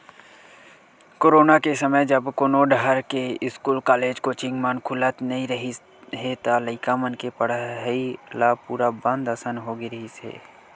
corona के समे जब कोनो डाहर के इस्कूल, कॉलेज, कोचिंग मन खुलत नइ रिहिस हे त लइका मन के पड़हई ल पूरा बंद असन होगे रिहिस हे